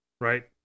right